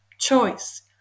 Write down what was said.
choice